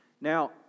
Now